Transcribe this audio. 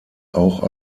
auch